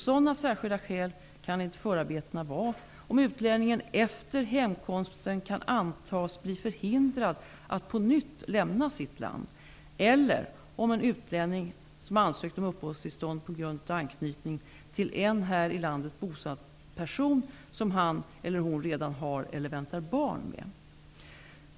Sådana särskilda skäl kan enligt förarbetena vara om utlänningen efter hemkomsten kan antas bli förhindrad att på nytt lämna sitt land, eller om en utlänning ansökt om uppehållstillstånd på grund av anknytning till en här i landet bosatt person som han eller hon redan har eller väntar barn med.